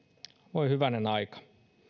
voi hyvänen aika